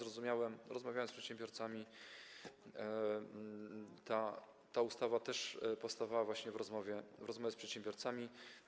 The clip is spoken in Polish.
Rozmawiałem z przedsiębiorcami i ta ustawa też powstawała właśnie w wyniku rozmów z przedsiębiorcami.